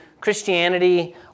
Christianity